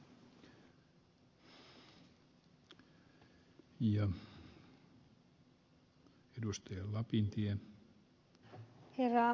herra puhemies